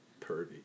pervy